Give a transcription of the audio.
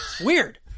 Weird